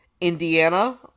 Indiana